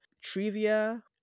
trivia